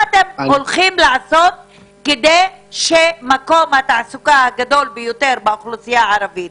מה אתם הולכים לעשות כדי שמקום התעסוקה הגדול ביותר באוכלוסייה הערבית,